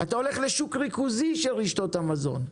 אתה הולך לשוק ריכוזי של רשתות המזון,